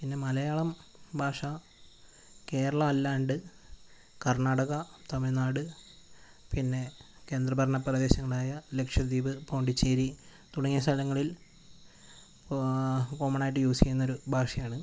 പിന്നെ മലയാളം ഭാഷ കേരളം അല്ലാണ്ട് കർണാടക തമിഴ് നാട് പിന്നെ കേന്ദ്ര ഭരണ പ്രദേശങ്ങളായ ലക്ഷ്വദീപ് പോണ്ടിച്ചേരി തുടങ്ങിയ സ്ഥലങ്ങളിൽ കോമൺ ആയിട്ട് യൂസ് ചെയ്യുന്ന ഒരു ഭാഷയാണ്